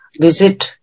visit